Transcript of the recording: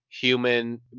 Human